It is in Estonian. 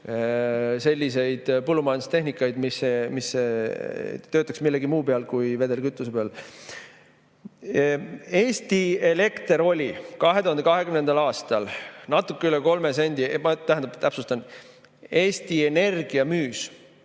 selliseid põllumajandustehnikaid, mis töötaksid millegi muu kui vedelkütuse peal. Eesti elekter oli 2020. aastal natuke üle kolme sendi. Tähendab, täpsustan, Eesti Energia,